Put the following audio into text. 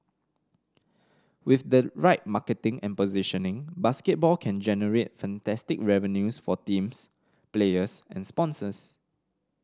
with the right marketing and positioning basketball can generate fantastic revenues for teams players and sponsors